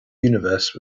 universe